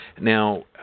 Now